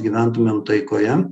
gyventumėm taikoje